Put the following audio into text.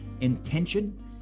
intention